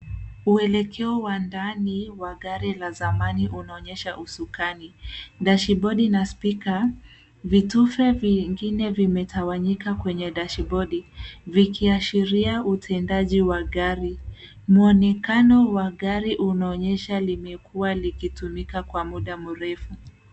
Uelekeo wa ndani wa gari la zamani unaonyesha usukani, dashibodi na spika. Vitufe vingine vimetawanyika kwenye dashibodi, vikiashiria utendaji wa gari. Mwonekano wa gari unaonyesha limekuwa likitumika kwa muda mrefu.